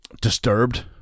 disturbed